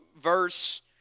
verse